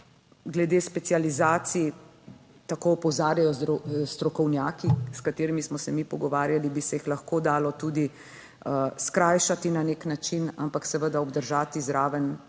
Glede specializacij, tako opozarjajo strokovnjaki, s katerimi smo se mi pogovarjali, bi se jih lahko dalo tudi skrajšati na nek način, ampak seveda obdržati zraven